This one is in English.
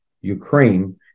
Ukraine